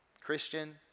Christian